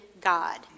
God